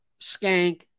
skank